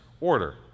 Order